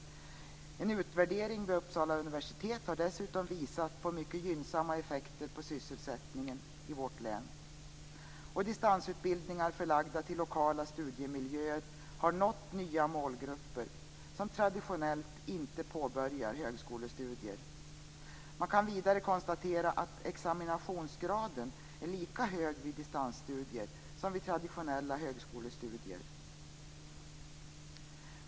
En utvärdering vid Uppsala universitet har dessutom visat på mycket gynnsamma effekter på sysselsättningen i vårt län. Distansutbildningar förlagda till lokala studiemiljöer har nått nya målgrupper som traditionellt inte påbörjar högskolestudier. Man kan vidare konstatera att examinationsgraden är lika hög vid distansstudier som vid traditionella högskolestudier.